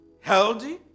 healthy